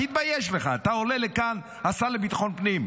תתבייש לך, אתה עולה לכאן, השר לביטחון הפנים.